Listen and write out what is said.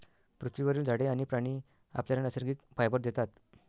पृथ्वीवरील झाडे आणि प्राणी आपल्याला नैसर्गिक फायबर देतात